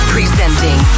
Presenting